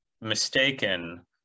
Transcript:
mistaken